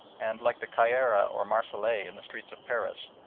and, like the ca ira or marseillaise in the streets of paris,